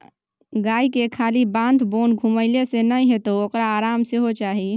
गायके खाली बाध बोन घुमेले सँ नै हेतौ ओकरा आराम सेहो चाही